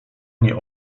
nie